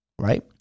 Right